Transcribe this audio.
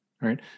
right